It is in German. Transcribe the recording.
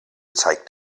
zeigt